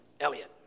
Elliot